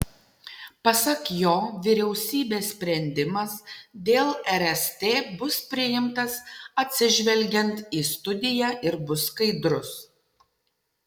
pasak jo vyriausybės sprendimas dėl rst bus priimtas atsižvelgiant į studiją ir bus skaidrus